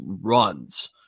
runs